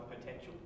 potential